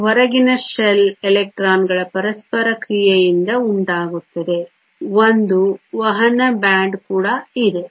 ಇದು ಹೊರಗಿನ ಶೆಲ್ ಎಲೆಕ್ಟ್ರಾನ್ಗಳ ಪರಸ್ಪರ ಕ್ರಿಯೆಯಿಂದ ಉಂಟಾಗುತ್ತದೆ ಒಂದು ವಹನ ಬ್ಯಾಂಡ್ ಕೂಡ ಇದೆ